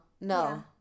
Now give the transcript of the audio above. no